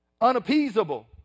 unappeasable